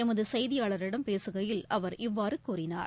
எமதுசெய்தியாளரிடம் பேசுகையில் அவர் இவ்வாறுகூறினார்